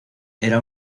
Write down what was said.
era